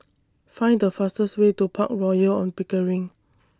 Find The fastest Way to Park Royal on Pickering